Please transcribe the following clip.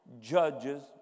judges